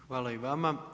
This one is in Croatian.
Hvala i vama.